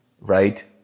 Right